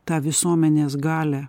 tą visuomenės galią